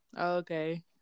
Okay